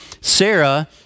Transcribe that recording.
Sarah